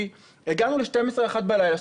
כי הגענו ל-12:00 ול-1:00 בלילה,